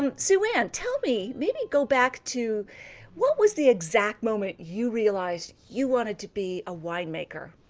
um sue-ann, tell me, maybe go back to what was the exact moment you realized you wanted to be a winemaker.